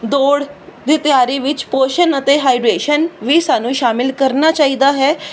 ਦੋੜ ਦੀ ਤਿਆਰੀ ਵਿੱਚ ਪੋਸ਼ਨ ਅਤੇ ਹਾਈਡਰੇਸ਼ਨ ਵੀ ਸਾਨੂੰ ਸ਼ਾਮਿਲ ਕਰਨਾ ਚਾਹੀਦਾ ਹੈ